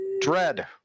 Dread